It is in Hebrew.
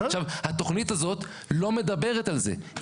עכשיו, התכנית הזאת לא מדברת על זה.